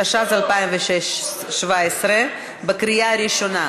התשע"ז 2017, קריאה ראשונה.